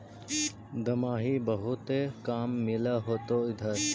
दमाहि बहुते काम मिल होतो इधर?